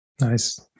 Nice